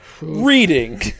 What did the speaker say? Reading